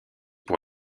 pour